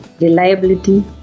reliability